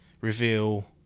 reveal